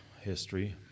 history